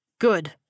good